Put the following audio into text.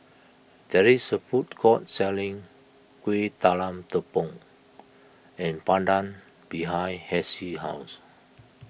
there is a food court selling Kueh Talam Tepong and Pandan behind Hessie's house